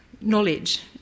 knowledge